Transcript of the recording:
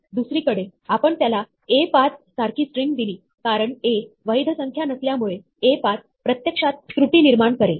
दुसरीकडेआपण त्याला "A5" सारखी string दिली कारण A वैध संख्या नसल्यामुळे "A5" प्रत्यक्षात त्रुटी निर्माण करेल